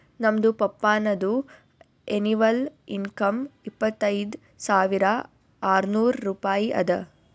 ನಮ್ದು ಪಪ್ಪಾನದು annual income ಇಪ್ಪತೈದ್ ಸಾವಿರಾ ಆರ್ನೂರ್ ರೂಪಾಯಿ ಅದಾ